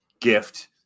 gift